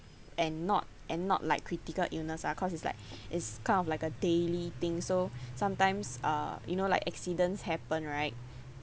and not and not like critical illness ah cause it's like it's kind of like a daily thing so sometimes uh you know like accidents happen right